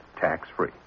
tax-free